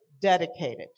dedicated